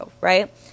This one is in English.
right